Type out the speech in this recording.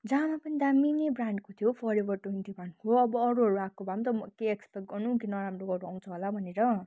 जामा पनि दामी नै ब्रान्डको थियो फरेभर ट्वेन्टि वानको अब अरूहरू आएको भए पनि त के एक्सपेक्ट गर्नु कि नराम्रोहरू आउँछ होला भनेर